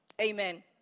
Amen